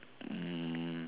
um